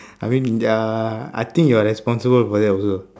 I mean uh I think you're responsible for that also